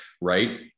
right